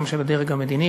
גם של הדרג המדיני,